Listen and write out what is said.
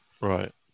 Right